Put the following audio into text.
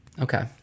Okay